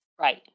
Right